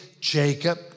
Jacob